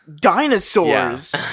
dinosaurs